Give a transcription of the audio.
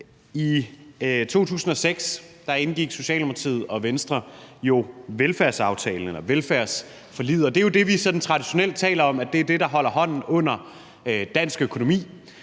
I 2006 indgik Socialdemokratiet og Venstre velfærdsaftalen, velfærdsforliget, og det er jo det, vi sådan traditionelt taler om som det, der holder hånden under dansk økonomi.